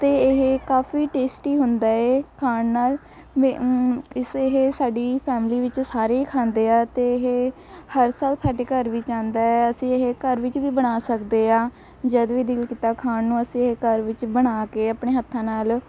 ਅਤੇ ਇਹ ਕਾਫੀ ਟੇਸਟੀ ਹੁੰਦਾ ਹੈ ਖਾਣ ਨਾਲ ਮੈਂ ਇਸ ਇਹ ਸਾਡੀ ਫੈਮਿਲੀ ਵਿੱਚ ਸਾਰੇ ਹੀ ਖਾਂਦੇ ਹਾਂ ਅਤੇ ਇਹ ਹਰ ਸਾਲ ਸਾਡੇ ਘਰ ਵਿੱਚ ਆਉਂਦਾ ਹੈ ਅਸੀਂ ਇਹ ਘਰ ਵਿੱਚ ਵੀ ਬਣਾ ਸਕਦੇ ਹਾਂ ਜਦ ਵੀ ਦਿਲ ਕੀਤਾ ਖਾਣ ਨੂੰ ਅਸੀਂ ਇਹ ਘਰ ਵਿੱਚ ਬਣਾ ਕੇ ਆਪਣੇ ਹੱਥਾਂ ਨਾਲ